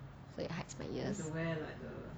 so it hides my ears